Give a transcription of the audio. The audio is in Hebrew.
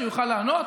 שהוא יוכל לענות?